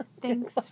Thanks